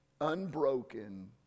unbroken